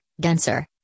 denser